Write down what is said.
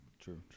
True